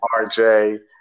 RJ